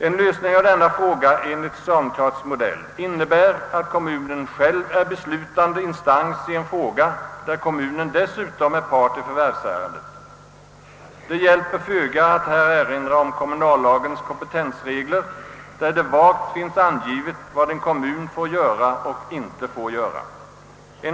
Enligt socialdemokraternas förslag skulle kommunen själv vara beslutande instans i en fråga där kommunen dessutom är part i förvärvsärenden. Kommunallagens kompetensregler, där det vagt finns angivet vad en kommun får göra och inte får göra, avhjälper inte den nackdelen.